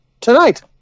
tonight